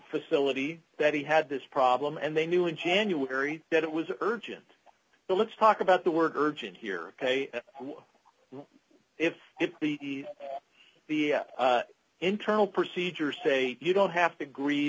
facility that he had this problem and they knew in january that it was urgent but let's talk about the word urgent here ok what if if the internal procedures say you don't have to agree